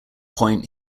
point